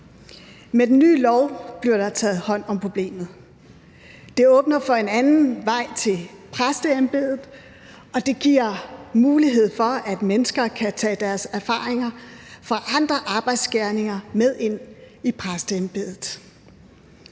Med dette lovforslag bliver der taget hånd om problemet. Det åbner for en anden vej til præsteembedet, og det giver mulighed for, at mennesker kan tage deres erfaringer fra andre arbejdsgerninger med ind i præsteembedet.